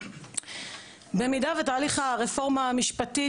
אנחנו צריכות ממש להיות על הדברים האלה ברמה המקצועית.